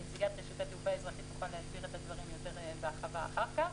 נציגת רשות התעופה האזרחית תוכל להסביר את הדברים יותר בהרחבה אחר כך.